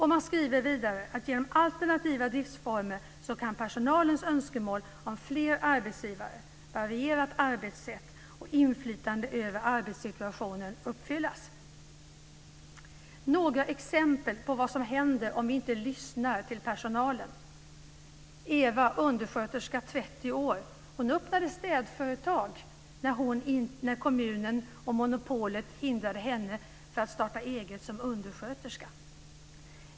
Man skriver vidare att genom alternativa driftsformer kan personalens önskemål om fler arbetsgivare, varierat arbetssätt och inflytande över arbetssituationen uppfyllas. Så några exempel på vad som händer om vi inte lyssnar till personalen. Ewa, som är 30 år och undersköterska, öppnade städföretag när kommunen och monopolet hindrade henne från att starta eget som undersköterska.